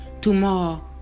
tomorrow